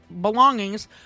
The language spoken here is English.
belongings